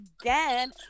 again